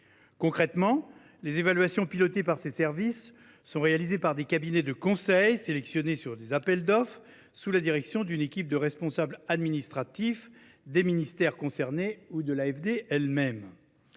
Concrètement, les évaluations pilotées par ces services sont réalisées par des cabinets de conseil sélectionnés par appels d’offres, sous la direction d’une équipe de responsables administratifs des ministères concernés ou de l’AFD.